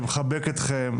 ומחבק אתכם,